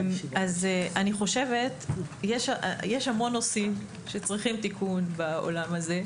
חושבת שיש המון נושאים שצריכים תיקון בעולם הזה.